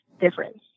difference